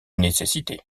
nécessité